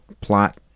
plot